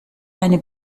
eine